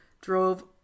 drove